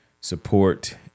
support